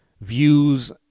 views